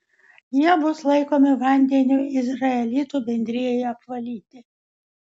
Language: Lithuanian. jie bus laikomi vandeniu izraelitų bendrijai apvalyti